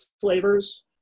flavors